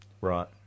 Right